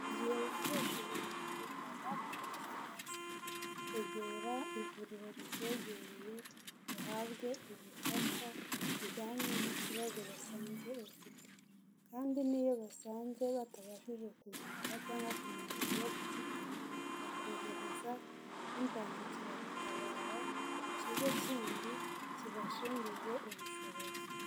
Igihe wumvishije mu mubiri wawe hatameze neza, egera ivuriro rikwegereye uhabwe ubufasha bujyanye n'ikibazo basanze ufite kandi n'iyo basanze batabashije kuvura cyangwa kumenya ikibazo ufite bakohereza n'imbangukira gutabara ku kigo kindi kibasumbije ubushobozi.